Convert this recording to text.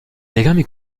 legami